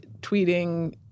tweeting